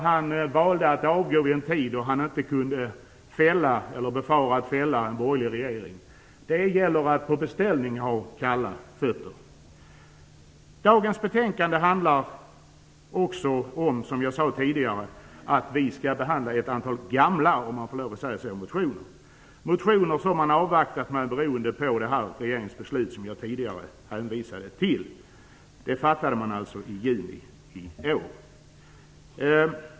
Han valde att avgå vid en tidpunkt då han inte kunde befara att fälla en borgerlig regering. Det gäller att ha kalla fötter på beställning. Dagens betänkande behandlar också, som jag sade tidigare, ett antal gamla motioner - om man får lov att säga så. Det gäller motioner som man har avvaktat med beroende på det regeringsbeslut som jag tidigare hänvisade till. Det beslutet fattades i juni i år.